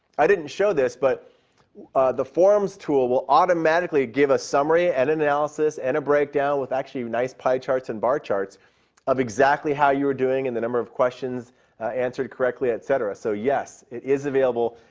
i didn't show this, but the forms tool will automatically give a summary and an analysis and a breakdown with actually nice pie charts and bar charts of exactly how you were doing and the number of questions answered correctly, et cetera. so, yes, it is available.